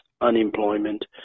unemployment